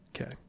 Okay